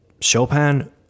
Chopin